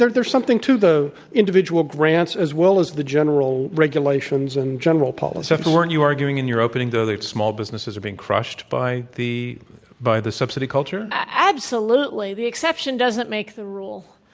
there's there's something to the individual grants as well as the general regulations and general policies. zephyr, weren't you arguing in your opening, though, that small businesses are being crushed by the by the subsidy culture? absolutely. the exception doesn't make the rule,